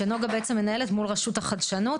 שנגה בעצם מנהלת מול רשות החדשנות.